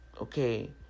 Okay